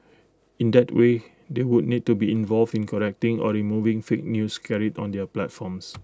in that way they would need to be involved in correcting or removing fake news carried on their platforms